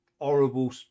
horrible